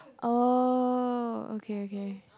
oh okay okay